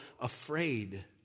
afraid